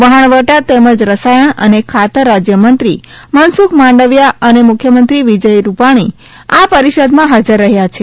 વહાણવટા તેમજ રસાયણ અને ખાતર રાજ્યમંત્રી મનસુખ માંડવિયા અને મુખ્યમંત્રી વિજય રૂપાણી આ પરિષદમાં હાજર રહ્યો છે